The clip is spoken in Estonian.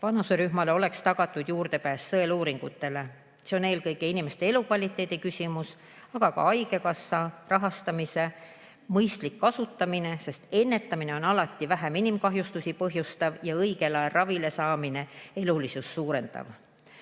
vanuserühmale oleks tagatud juurdepääs sõeluuringutele. See on eelkõige inimeste elukvaliteedi küsimus, aga ka haigekassa raha mõistlik kasutamine, sest ennetamine põhjustab alati vähem inimkahjustusi ja õigel ajal ravile saamine suurendab